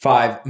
Five